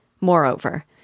Moreover